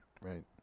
right